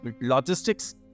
logistics